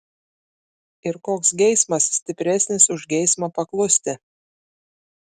ir koks geismas stipresnis už geismą paklusti